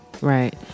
Right